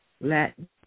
Latin